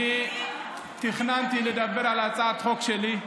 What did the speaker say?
אני תכננתי לדבר על הצעת החוק שלי.